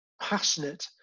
passionate